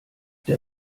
der